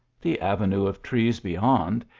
the ave nue of trees beyond,